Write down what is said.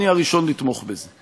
אני הראשון לתמוך בזה.